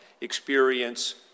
experience